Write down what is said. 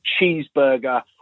cheeseburger